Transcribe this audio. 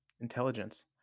intelligence